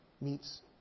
meets